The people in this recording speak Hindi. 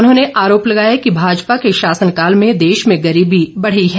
उन्होंने आरोप लगाया कि भाजपा के शासनकाल में देश में गरीबी बढ़ी है